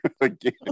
again